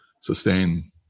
sustain